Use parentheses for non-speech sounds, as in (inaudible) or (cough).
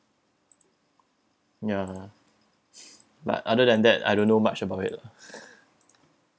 yeah but other than that I don't know much about it lah (laughs)